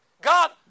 God